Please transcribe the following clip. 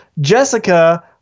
Jessica